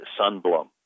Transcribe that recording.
Sunblum